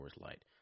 Light